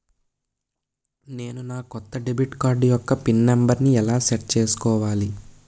నేను నా కొత్త డెబిట్ కార్డ్ యెక్క పిన్ నెంబర్ని ఎలా సెట్ చేసుకోవాలి?